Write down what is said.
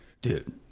Dude